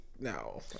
No